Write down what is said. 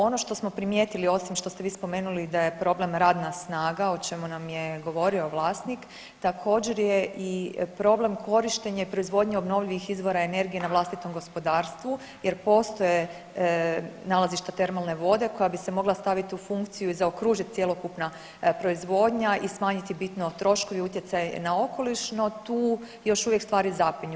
Ono što smo primijetili osim što ste vi spomenuli da je problem radna snaga o čemu nam je govorio vlasnik, također je i problem korištenje proizvodnje obnovljivih izvora energije na vlastitom gospodarstvu jer postoje nalazišta termalne vode koja bi se mogla stavit u funkciju i zaokružit cjelokupna proizvodnja i smanjiti bitno troškovi i utjecaj na okoliš, no tu još uvijek stvari zapinju.